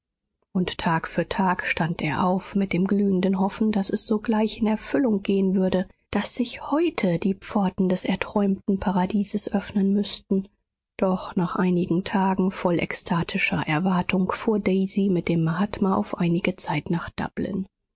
und tag für tag stand er auf mit dem glühenden hoffen daß es sogleich in erfüllung gehen würde daß sich heute die pforten des erträumten paradieses öffnen müßten doch nach einigen tagen voll ekstatischer erwartung fuhr daisy mit dem mahatma auf einige zeit nach